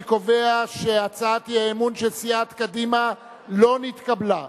אני קובע שהצעת האי-אמון של סיעת קדימה לא נתקבלה.